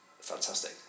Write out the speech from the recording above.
fantastic